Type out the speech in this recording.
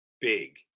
big